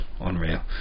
unreal